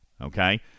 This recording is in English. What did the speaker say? Okay